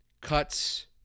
Cuts